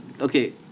Okay